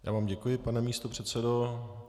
Já vám děkuji, pane místopředsedo.